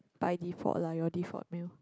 by default lah your default meal